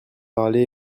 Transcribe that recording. parler